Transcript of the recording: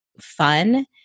fun